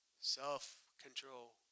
self-control